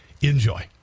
enjoy